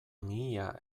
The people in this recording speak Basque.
mihia